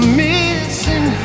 missing